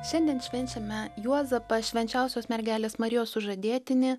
šiandien švenčiame juozapą švenčiausios mergelės marijos sužadėtinį